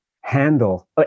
handle –